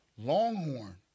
Longhorn